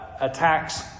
attacks